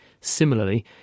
Similarly